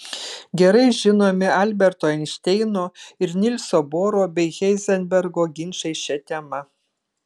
gerai žinomi alberto einšteino ir nilso boro bei heizenbergo ginčai šia tema